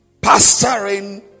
pastoring